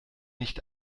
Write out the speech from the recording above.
nicht